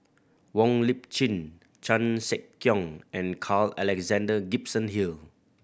Wong Lip Chin Chan Sek Keong and Carl Alexander Gibson Hill